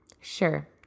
Sure